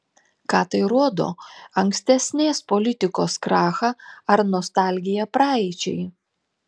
ką tai rodo ankstesnės politikos krachą ar nostalgiją praeičiai